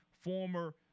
former